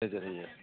नोजोर होयो